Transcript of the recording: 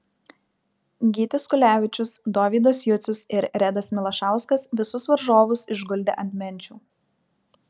gytis kulevičius dovydas jucius ir redas milašauskas visus varžovus išguldė ant menčių